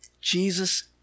Jesus